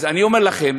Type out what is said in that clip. אז אני אומר לכם,